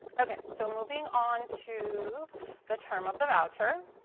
okay. so moving on to the term of the voucher.